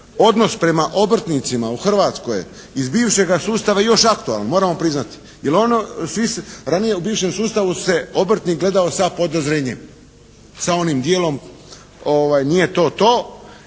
odnos prema obrtnicima u Hrvatskoj iz bivšega sustava još aktualan. Moramo priznati. Jer ono, svi u bivšem sustavu se obrtnik gledao sa podozrijenjem, sa onim dijelom, nije to to.